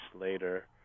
later